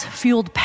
fueled